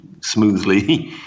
smoothly